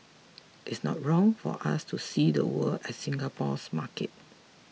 it's not wrong for us to see the world as Singapore's market